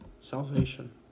Salvation